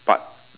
but